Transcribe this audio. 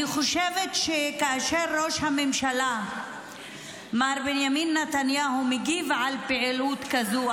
אני חושבת שכאשר ראש הממשלה מר בנימין נתניהו מגיב על פעילות כזאת,